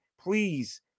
please